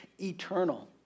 eternal